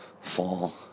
fall